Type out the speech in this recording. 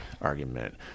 argument